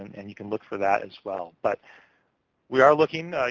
and you can look for that as well. but we are looking,